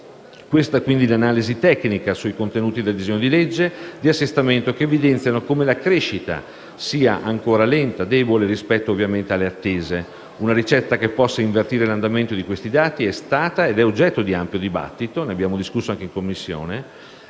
Questa è l'analisi tecnica sui contenuti del disegno di legge di assestamento, i quali evidenziano come la crescita sia ancora lenta, debole, rispetto alle attese. Una ricetta che possa invertire l'andamento di questi dati è stata ed è oggetto di ampio dibattito, e ne abbiamo discusso anche in Commissione.